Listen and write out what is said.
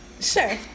Sure